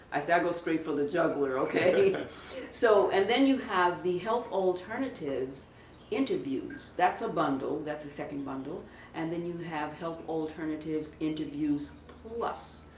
i say i go straight for the jugular. you know so and then you have the health alternatives interviews. that's a bundle. that's a second bundle and then you have health alternatives interviews plus.